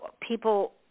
people